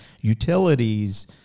utilities